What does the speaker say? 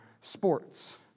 sports